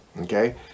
okay